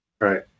Right